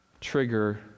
trigger